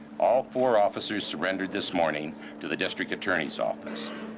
all four officers surrendered this morning to the district attorney's office.